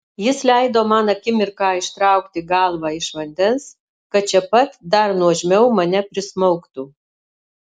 jis leido man akimirką ištraukti galvą iš vandens kad čia pat dar nuožmiau mane prismaugtų